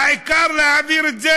העיקר להעביר את זה?